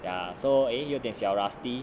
ya so eh 有点小 rusty